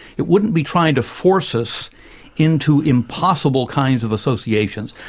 it wouldn't be trying to force us into impossible kinds of associations.